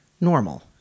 normal